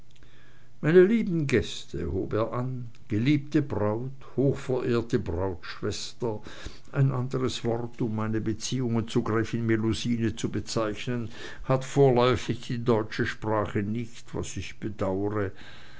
meine lieben gäste hob er an geliebte braut hochverehrte brautschwester ein andres wort um meine beziehungen zu gräfin melusine zu bezeichnen hat vorläufig die deutsche sprache nicht was ich bedaure